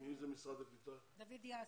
דוד יאסו.